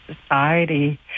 society